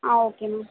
ah okay ma'am